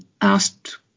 asked